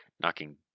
knocking